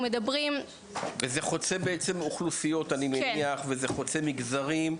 וזה חוצה אוכלוסיות, אני מניח, וחוצה מגזרים.